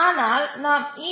ஆனால் நாம் ஈ